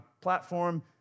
platform